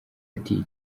ati